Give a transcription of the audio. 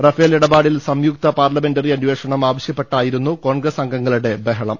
Rafale ഇടപാടിൽ സംയുക്ത parliamentary അന്വേഷണം ആവശ്യപ്പെട്ടായിരുന്നു കോൺഗ്രസ് അംഗങ്ങളുടെ ബഹളം